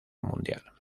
mundial